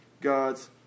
God's